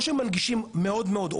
או שמנגישים מאוד מאוד,